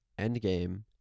Endgame